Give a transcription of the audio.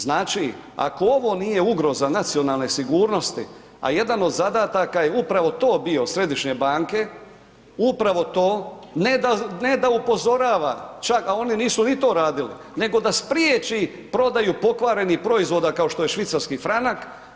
Znači ako ovo nije ugroza nacionalne sigurnosti, a jedan od zadataka je upravo to bio središnje banke, upravo to, ne da upozorava, a oni nisu ni to radili, nego da spriječi prodaju pokvarenih proizvoda kao što je švicarski franak.